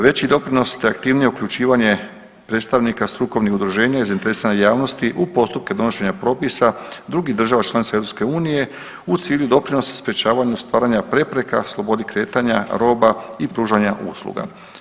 Veći doprinos te aktivnije uključivanje predstavnika strukovnih udruženja i zainteresirane javnosti u postupke donošenja propisa drugih država članica EU u cilju doprinosa sprječavanju stvaranja prepreka slobodi kretanja roba i pružanja usluga.